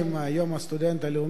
יום הסטודנט הלאומי,